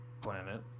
planet